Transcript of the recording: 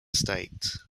state